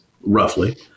roughly